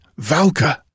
Valka